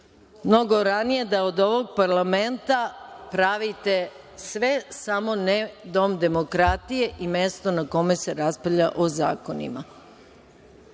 mnogo ranije da od ovog parlamenta pravite sve samo ne dom demokratije i mesto na kome se raspravlja o zakonima. Pošto